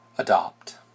adopt